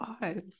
god